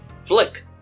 flick